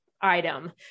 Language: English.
Item